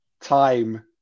time